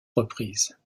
reprises